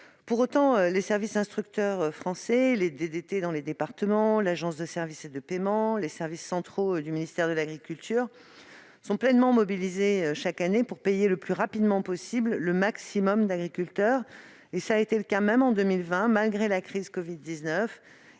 Pour autant, les services instructeurs français, les directions départementales des territoires (DDT), l'Agence de services et de paiement et les services centraux du ministère de l'agriculture sont pleinement mobilisés chaque année pour payer le plus rapidement possible le maximum d'agriculteurs. Ce fut d'ailleurs le cas également en 2020, malgré la crise du covid-19